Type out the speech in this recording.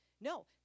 No